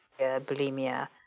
bulimia